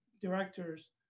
directors